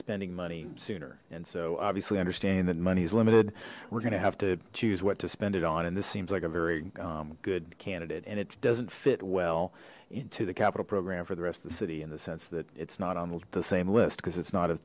spending money sooner and so obviously understanding that money is limited we're going to have to choose what to spend it on and this seems like a very good candidate and it doesn't fit well into the capital program for the rest of the city in the sense that it's not on the same list because it's not a